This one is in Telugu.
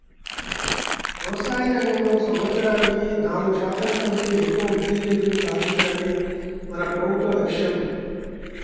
వ్యవసాయ రంగంలో సంవత్సరానికి నాలుగు శాతం కంటే ఎక్కువ వృద్ధి రేటును సాధించడమే మన ప్రభుత్వ లక్ష్యం